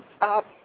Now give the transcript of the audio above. up